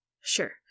Sure